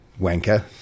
wanker